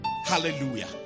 hallelujah